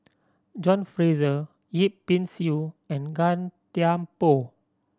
John Fraser Yip Pin Xiu and Gan Thiam Poh